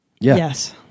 Yes